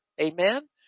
Amen